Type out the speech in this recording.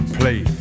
play